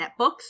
netbooks